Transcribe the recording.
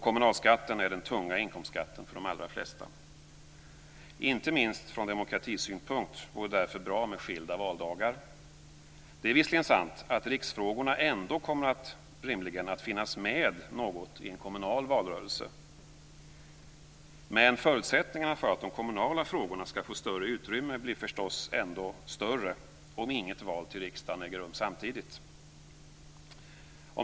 Kommunalskatten är den tunga inkomstskatten för de allra flesta. Inte minst från demokratisynpunkt vore det därför bra med skilda valdagar. Det är visserligen sant att riksfrågorna ändå rimligen kommer att finnas med något i en kommunal valrörelse, men förutsättningarna för att de kommunala frågorna skall få större utrymme blir förstås ändå större om inget val till riksdagen äger rum samtidigt.